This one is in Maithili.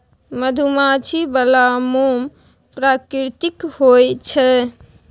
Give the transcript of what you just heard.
मधुमाछी बला मोम प्राकृतिक होए छै